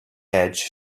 edge